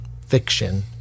fiction